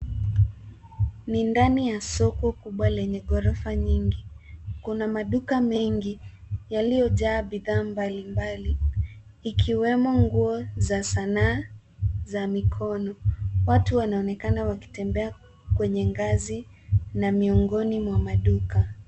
Ni ndani ya soko kubwa lenye ghorofa nyingi. Kuna maduka mengi yaliyojaa bidhaa mbalimbali ikiwemo nguo za sanaa za mikono. Watu wanaonekana wakitembea kwenye ngazi na miongoni mwa maduka.